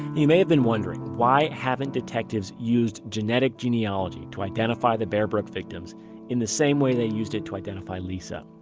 you may have been wondering why haven't detectives used genetic genealogy to identify the bear brook victims in the same way they used it to identify lisa.